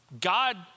God